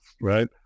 right